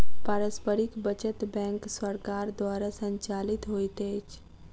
पारस्परिक बचत बैंक सरकार द्वारा संचालित होइत अछि